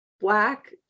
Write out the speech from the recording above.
black